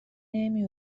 نمی